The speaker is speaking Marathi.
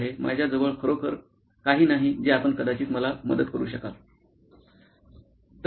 माझ्याजवळ खरोखर काही नाही जे आपण कदाचित मला मदत करू शकाल '